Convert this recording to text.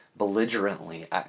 Belligerently